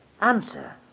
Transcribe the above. Answer